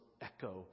echo